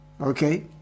okay